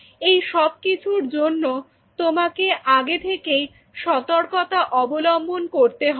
এই সবকিছুর জন্য তোমাকে আগে থেকেই সর্তকতা অবলম্বন করতে হবে